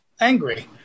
angry